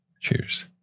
Cheers